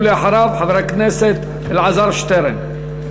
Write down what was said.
אחריו, חבר הכנסת אלעזר שטרן.